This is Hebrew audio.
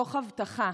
תוך הבטחה,